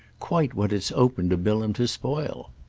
quite what it's open to bilham to spoil.